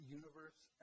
universe